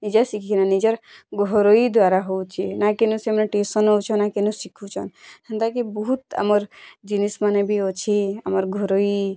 ନିଜେ ଶିଖିକିନା ନିଜର୍ ଘରୋଇ ଦ୍ଵାରା ହୋଉଚି ନା କେନୁ ସେନୁ ସେମାନେ ଟିଉସନ୍ ହୋଉଚନ୍ ନା କେନୁ ଶିଖୁଚନ୍ ହେନ୍ତା କି ବୋହୁତ୍ ଆମର୍ ଜିନିଷ୍ ମାନେ ବି ଅଛି ଆମର୍ ଘରୋଇ